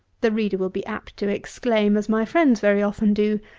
the reader will be apt to exclaim, as my friends very often do,